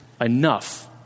enough